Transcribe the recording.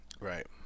Right